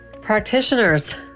Practitioners